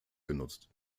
genutzt